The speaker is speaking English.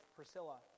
Priscilla